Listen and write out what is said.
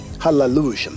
Hallelujah